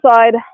side